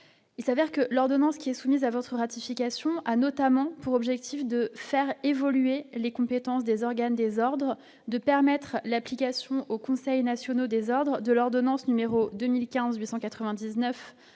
il s'avère que l'ordonnance qui est soumise à votre ratification a notamment pour objectif de faire évoluer les compétences des organes désordres, de permettre l'application aux conseils nationaux désordre de l'ordonnance numéro 2015 899